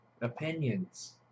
opinions